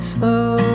Slow